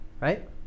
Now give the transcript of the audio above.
right